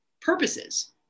purposes